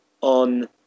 on